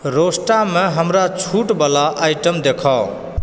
रोस्टा मे हमरा छूट बला आइटम देखाउ